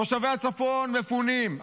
תושבי הצפון מפונים,